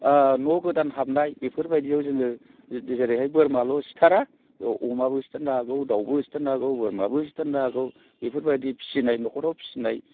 न' होदान हाबनाय बेफोर बायदियाव जोङो जेरैहाय बोरमाल' सिथारा बेव अमाबो सिथारनो हागौ दाउबो सिथारनो हागौ बोरमाबो सिथारनो हागौ बेफोरबादि फिनाय न'खराव फिनाय